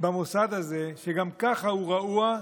במוסד הזה, שגם ככה הוא רעוע.